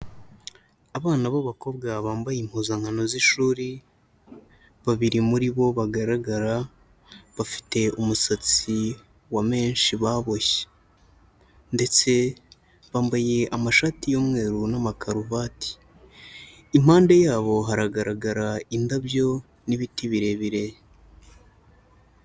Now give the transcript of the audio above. Abana b'abakobwa bambaye impuzankano z'ishuri, babiri muri bo bagaragara bafite umusatsi wa menshi baboshye, ndetse bambaye amashati y'umweru n'amakaruvati, impande yabo haragaragara indabyo n'ibiti birebire.